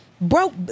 broke